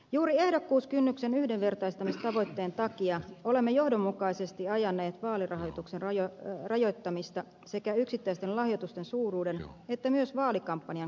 juuri ehdokkuuskynnyksen yhdenvertaistamistavoitteen takia olemme johdonmukaisesti ajaneet vaalirahoituksen rajoittamista sekä yksittäisten lahjoitusten suuruuden että myös vaalikampanjan kokonaiskulujen osalta